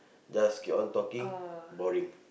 just keep on talking boring